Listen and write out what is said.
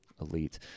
Elite